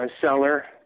seller